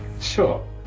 Sure